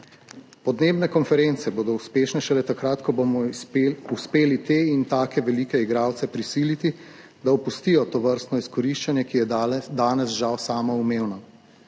Podnebne konference bodo uspešne šele takrat, ko bomo uspeli te in take velike igralce prisiliti, da opustijo tovrstno izkoriščanje, ki je danes žal samoumevno.